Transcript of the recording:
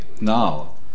now